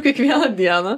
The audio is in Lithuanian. kiekvieną dieną